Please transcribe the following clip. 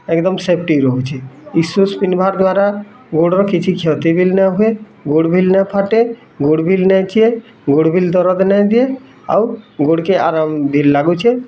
ଏକଦମ୍ ସେଫ୍ଟି ରହୁଛି ଏଇ ସୁଜ୍ ପିନ୍ଧ୍ବା ଦ୍ୱାରା ଗୋଡ଼ର କିଛି କ୍ଷତି ବି ନ ହୁଏ ଗୋଡ଼ ବି ନା ଫାଟେ ଗୋଡ଼୍ ବି ନାଇ ଛିଏ ଗୋଡ଼୍ ବି ଦରଜ ନାଇ ଦିଏ ଆଉ ଗୋଡ଼ କେ ଆରାମ୍ ବି ଲାଗୁଛି